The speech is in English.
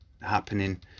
happening